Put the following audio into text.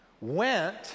Went